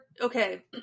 Okay